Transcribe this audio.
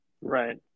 Right